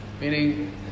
Meaning